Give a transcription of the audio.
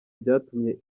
byatumye